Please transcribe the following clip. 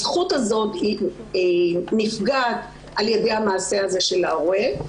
הזכות הזאת נפגעת על-ידי המעשה הזה של ההורה.